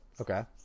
Okay